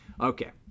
Okay